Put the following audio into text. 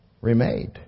remade